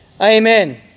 Amen